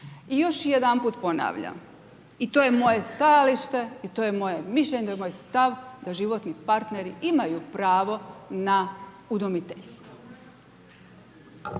I još jedanput ponavljam i to je moje stajalište i to je moje mišljenje, to je moj stav da životni partneri imaju pravo na udomiteljstvo.